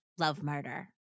lovemurder